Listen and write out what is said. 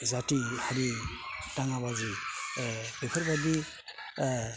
जाथि हारि दाङाबाजि बेफोरबादि